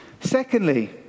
Secondly